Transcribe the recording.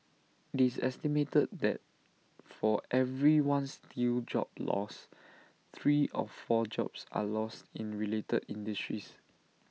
IT is estimated that for every one steel job lost three or four jobs are lost in related industries